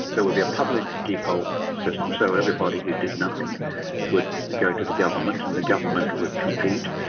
there would be a public default system, so everybody who did nothing would go to the government and the government would compete,